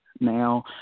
now